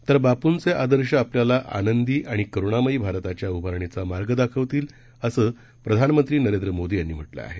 तर बापूंचे आदर्श आपल्याला आनंदी आणि करुणामयी भारताच्या उभारणीचा मार्ग दाखवतील असं प्रधानमंत्री नरेंद्र मोदी यांनी म्हटलं आहे